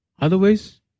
Otherwise